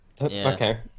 okay